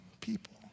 people